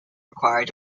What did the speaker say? required